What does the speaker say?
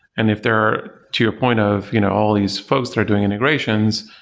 and if there are, to your point of you know all these folks that are doing integrations,